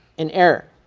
an error,